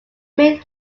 main